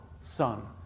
son